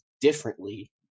differently